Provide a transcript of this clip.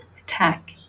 attack